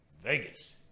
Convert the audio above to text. Vegas